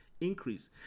increase